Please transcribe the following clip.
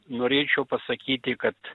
norėčiau pasakyti kad